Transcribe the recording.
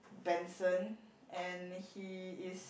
Benson and he is